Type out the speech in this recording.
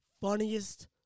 Funniest